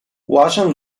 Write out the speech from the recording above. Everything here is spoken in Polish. łażę